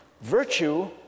virtue